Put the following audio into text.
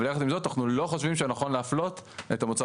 אבל יחד עם זאת אנחנו לא חשובים שנכון להפלות את המוצר